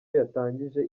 yatangije